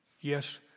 Yes